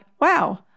wow